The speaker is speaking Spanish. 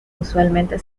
usualmente